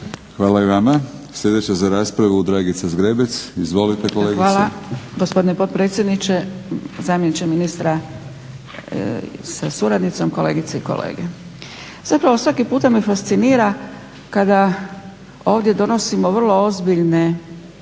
Hvala i vama. Sljedeća za raspravu Dragica Zgrebec. Izvolite kolegice. **Zgrebec, Dragica (SDP)** Hvala gospodine potpredsjedniče, zamjeniče ministra sa suradnicom, kolegice i kolege. Zapravo svaki puta me fascinira kada ovdje donosimo vrlo ozbiljne